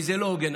כי זה לא הוגן,